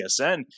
TSN